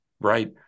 right